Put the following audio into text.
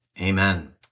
Amen